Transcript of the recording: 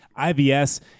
IBS